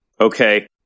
okay